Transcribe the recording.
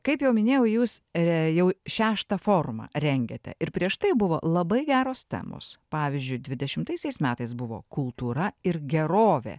kaip jau minėjau jūs re jau šeštą formą rengiate ir prieš tai buvo labai geros temos pavyzdžiui dvidešimtaisiais metais buvo kultūra ir gerovė